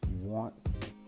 want